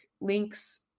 links